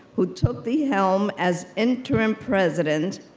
who took the helm as interim president,